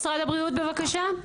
משר הבריאות בבקשה.